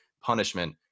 punishment